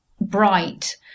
bright